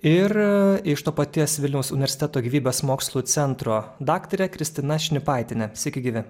ir iš to paties vilniaus universiteto gyvybės mokslų centro daktarė kristina šnipaitienė sveiki gyvi